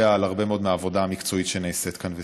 על הרבה מאוד מהעבודה המקצועית שנעשית כאן.